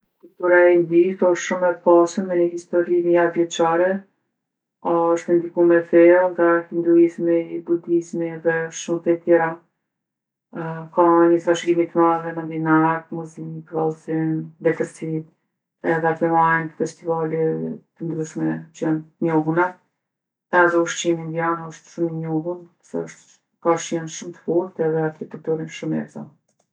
Kultura e Indisë osht shumë e pasun me ni histori mijavjeçare. Osht e ndikume feja nga hinduizmi, budizmi edhe shumë fe tjera. Ka ni trashigimi t'madhe muzikë, vallzim, letërsi edhe aty mahen festivale të ndryshme që janë t'njohuna. Edhe ushqimi indian osht shumë i njohun se osht, ka shijën shumë t'fortë edhe atje përdorin shumë erza.